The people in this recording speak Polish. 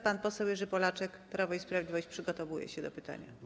Pan poseł Jerzy Polaczek, Prawo i Sprawiedliwość, przygotowuje się do zadania pytania.